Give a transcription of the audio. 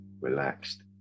relaxed